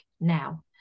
now